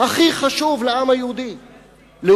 הכי חשוב לעם היהודי, הר-הזיתים.